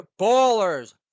ballers